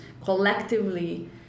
collectively